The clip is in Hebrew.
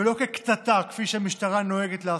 ולא כקטטה, כפי שהמשטרה נוהגת לעשות,